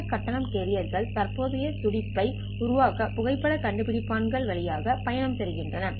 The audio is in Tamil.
இந்த கட்டணம் கேரியர்கள் தற்போதைய துடிப்பு ஐ உருவாக்க புகைப்படக் கண்டுபிடிப்பான் வழியாக பயணிக்கப் போகின்றன